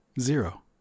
Zero